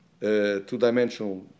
two-dimensional